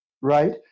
right